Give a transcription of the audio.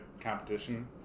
competition